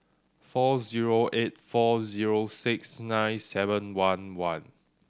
four zero eight four zero six nine seven one one